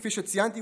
כפי שציינתי,